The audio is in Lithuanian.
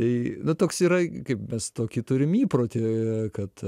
tai toks yra mes tokį turim įprotį kad